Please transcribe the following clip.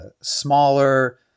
smaller